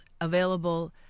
available